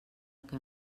que